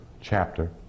chapter